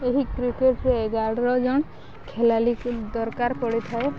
ଏହି କ୍ରିକେଟରେ ଏଗାରର ଜଣ ଖେଳାଳି ଦରକାର ପଡ଼ିଥାଏ